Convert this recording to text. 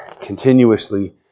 continuously